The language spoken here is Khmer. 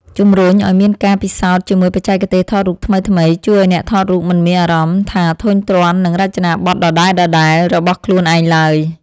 ជម្រុញឱ្យមានការពិសោធន៍ជាមួយបច្ចេកទេសថតរូបថ្មីៗជួយឱ្យអ្នកថតរូបមិនមានអារម្មណ៍ថាធុញទ្រាន់នឹងរចនាបថដដែលៗរបស់ខ្លួនឯងឡើយ។